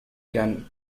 can